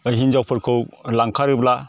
हिनजावफोरखौ लांखारोब्ला